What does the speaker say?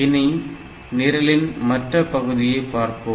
இனி நிரலின் மற்ற பகுதியை பார்ப்போம்